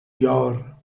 یار